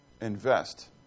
invest